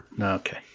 Okay